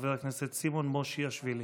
חבר הכנסת סימון מושיאשוילי.